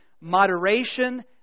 moderation